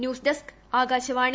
news desk Akashvani